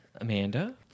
Amanda